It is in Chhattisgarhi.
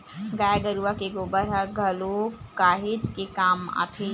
गाय गरुवा के गोबर ह घलोक काहेच के काम आथे